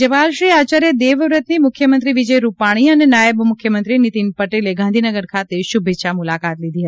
રાજ્યપાલ શ્રી આચાર્ય દેવવ્રતની મુખ્યમંત્રી વિજય રૂપાણી અને નાયબ મુખ્યમંત્રી નિતીન પટેલે ગાંધીનગર ખાતે શુભેચ્છા લીધી હતી